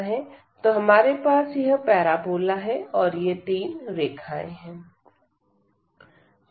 तो हमारे पास यह पैराबोला है और ये तीन रेखाएं हैं